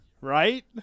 Right